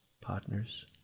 partners